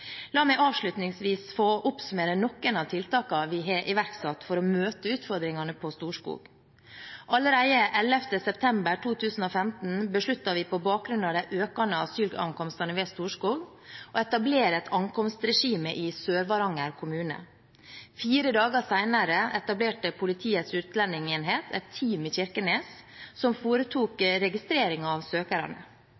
La meg avslutningsvis få oppsummere noen av tiltakene vi har iverksatt for å møte utfordringene på Storskog. Allerede 11. september 2015 besluttet vi på bakgrunn av de økende asylankomstene ved Storskog å etablere et ankomstregime i Sør-Varanger kommune. Fire dager senere etablerte Politiets utlendingsenhet et team i Kirkenes som foretok registrering av søkerne.